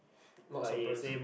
not surprised